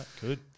good